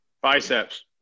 Biceps